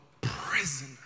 prisoner